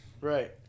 Right